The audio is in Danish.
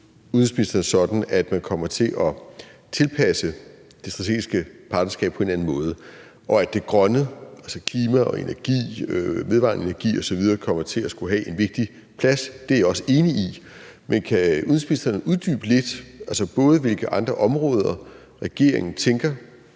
udenrigsministeren sådan, at man kommer til at tilpasse det strategiske partnerskab på en eller anden måde, og at det grønne – altså klima og vedvarende energi osv. – kommer til at skulle have en vigtig plads. Det er jeg også enig i. Men kan udenrigsministeren uddybe lidt, både hvilke andre områder regeringen tænker